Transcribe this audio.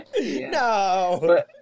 No